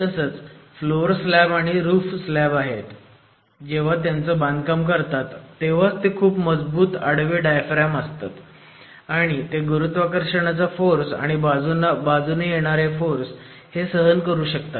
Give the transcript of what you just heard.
तसंच floor slab आणि roof slab आहेत जेव्हा त्यांचं बांधकाम करतात तेव्हाच ते खूप मजबूत आडवे डायफ्राम असतात आणि ते गुरुत्वाकर्षणाचा फोर्स आणि बाजूने येणारे फोर्स हे सहन करू शकतात